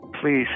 please